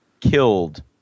Killed